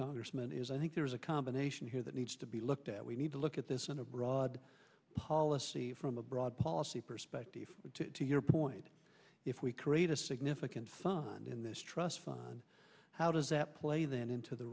congressman is i think there's a combination here that needs to be looked at we need to look at this in a broad policy from a broad policy perspective to your point if we create a significant fund in this trust fund how does that play then into the